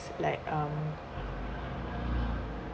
like um